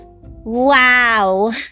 Wow